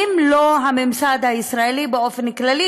האם הממסד הישראלי באופן כללי,